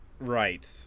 Right